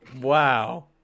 Wow